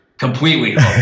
Completely